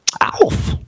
ALF